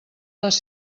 les